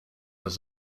was